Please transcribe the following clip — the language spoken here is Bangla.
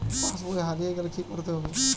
পাশবই হারিয়ে গেলে কি করতে হবে?